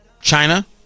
China